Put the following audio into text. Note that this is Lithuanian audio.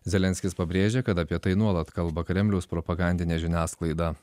zelenskis pabrėžė kad apie tai nuolat kalba kremliaus propagandinė žiniasklaida